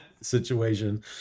situation